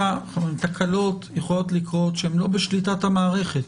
תקלות יכולות לקרות שאינן בשליטת המערכת,